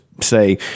say